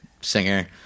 singer